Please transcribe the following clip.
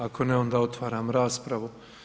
Ako ne, onda otvaram raspravu.